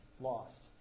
lost